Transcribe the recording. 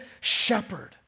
shepherd